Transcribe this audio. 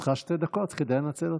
לרשותך שתי דקות, כדאי לנצל אותן.